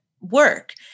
work